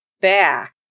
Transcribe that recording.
back